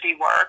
work